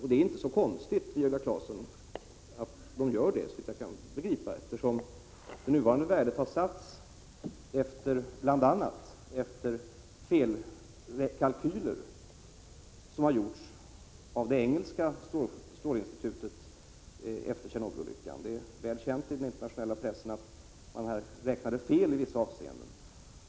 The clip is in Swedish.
Såvitt jag kan begripa är det inte så konstigt att de gjort det, eftersom det nuvarande värdet har satts bl.a. efter felkalkyler som har gjorts av det engelska strålinstitutet efter Tjernobylolyckan. Det är väl känt i den internationella pressen att man räknat fel i vissa avseenden.